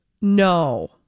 No